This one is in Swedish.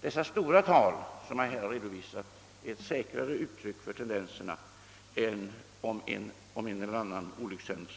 de stora tal som jag nu redovisat är ett säkrare uttryck för tendenserna än uppgifter om en eller annan inträffad olyckshändelse.